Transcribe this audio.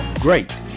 great